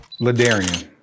Ladarian